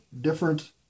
different